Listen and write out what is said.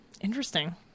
Interesting